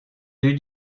deux